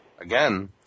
again